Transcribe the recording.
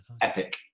epic